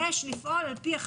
יש לפעול על פי 1,